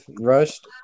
rushed